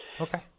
Okay